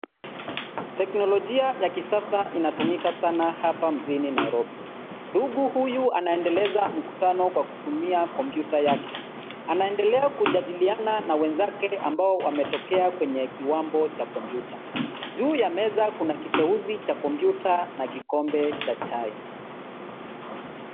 Teknolojia ya kisasa inatumika sana hapa mjini Nairobi. Ndugu huyu anaendeleza mkutano kwa kutumia komputa yake, anaendelea kujadiliana na wenzake ambao wametokea kwenye kiwambo cha Komputa. Juu ya meza kuna kiteuzi cha komputa na kikombe cha chai.